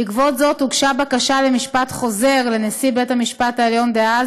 בעקבות זאת הוגשה בקשה למשפט חוזר לנשיא בית-המשפט העליון דאז,